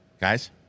guys